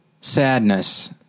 sadness